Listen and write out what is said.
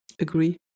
agree